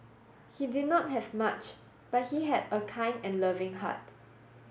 he did not have much but he had a kind and loving heart